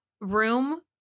room